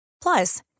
Plus